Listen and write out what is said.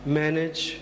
manage